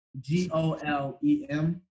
G-O-L-E-M